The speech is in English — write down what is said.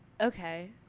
Okay